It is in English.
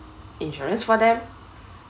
insurance for them